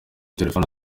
telefoni